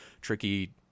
Tricky